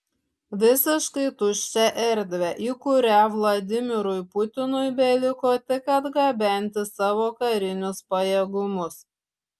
visiškai tuščią erdvę į kurią vladimirui putinui beliko tik atgabenti savo karinius pajėgumus